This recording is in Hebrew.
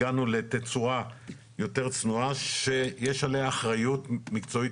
הגענו לתצורה יותר צנועה שיש עליה אחריות מקצועית